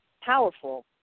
powerful